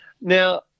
Now